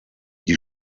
die